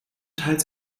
teils